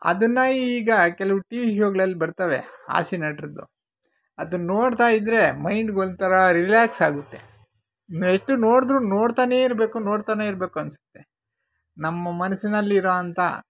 ಅದನ್ನು ಈಗ ಕೆಲವು ಟಿ ವಿ ಶೋಗಳಲ್ಲಿ ಬರ್ತವೆ ಹಾಸ್ಯ ನಟ್ರದ್ದು ಅದನ್ನ ನೋಡ್ತಾ ಇದ್ದರೆ ಮೈಂಡ್ಗೆ ಒಂಥರ ರಿಲ್ಯಾಕ್ಸ್ ಆಗುತ್ತೆ ಎಷ್ಟು ನೋಡಿದ್ರೂ ನೋಡ್ತಾನೆ ಇರಬೇಕು ನೋಡ್ತಾನೆ ಇರಬೇಕು ಅನಿಸುತ್ತೆ ನಮ್ಮ ಮನಸ್ಸಿನಲ್ಲಿರೋವಂಥ